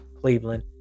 Cleveland